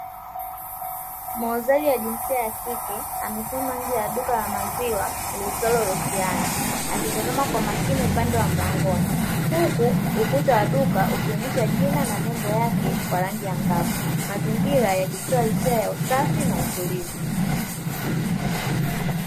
Muuzaji wa jinsia ya kike amesimama nje ya duka la maziwa liitwalo "LOSIAN" akitazama kwa makini upande wa mlangoni, huku ukuta wa duka ukionyesha jina na nembo yake kwa rangi angavu, mazingira yakitoa hisia ya usafi na utulivu.